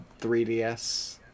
3DS